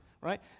right